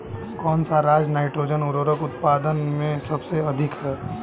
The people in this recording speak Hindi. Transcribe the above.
कौन सा राज नाइट्रोजन उर्वरक उत्पादन में सबसे अधिक है?